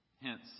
Hence